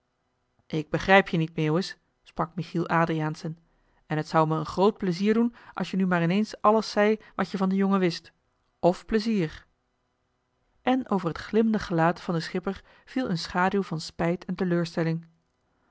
ik begrijp je niet meeuwis sprak michiel adriaensen en het zou me een groot plezier doen als je nu maar ineens alles zei wat je van den jongen wist of plezier en over het glimmende gelaat van den schipper viel een schaduw van spijt en teleurstelling